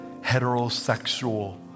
heterosexual